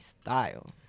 style